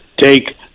take